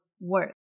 work